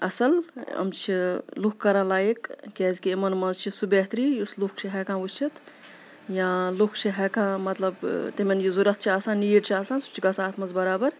اَصٕل أم چھِ لُکھ کَران لایِک کیازِکہِ یِمَن منٛز چھِ سُہ بہتری یُس لُکھ چھِ ہٮ۪کان وٕچھِتھ یا لُکھ چھِ ہٮ۪کان مطلب تِمَن یہِ ضوٚرَتھ چھِ آسان نیٖڈ چھِ آسان سُہ چھِ گژھان اَتھ منٛز بَرابَر